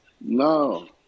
No